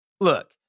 Look